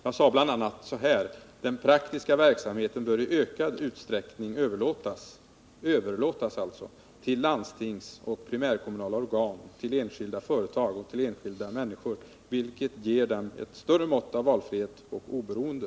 Jag sade bl.a. så här: ”Den praktiska verksamheten bör i ökad utsträckning överlåtas” —-Överlåtas alltså — ”till landstingsoch primärkommunala organ, till enskilda företag och till enskilda människor, vilket ger dem ett större mått av valfrihet och oberoende.